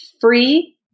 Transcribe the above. free